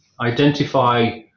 identify